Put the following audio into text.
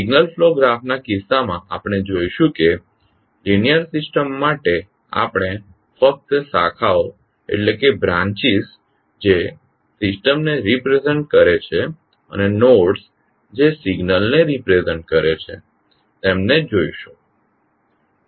signal flow ગ્રાફના કિસ્સામાં આપણે જોઇશું કે લીનીઅર સિસ્ટમ માટે આપણે ફક્ત શાખાઓ બ્રાન્ચીસ જે સિસ્ટમને રિપ્રેઝેંટ કરે છે અને નોડ્સ જે સિગ્નલ ને રિપ્રેઝેંટ કરે છે તેમને જોઇશુ